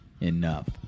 enough